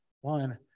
One